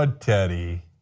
ah teddy.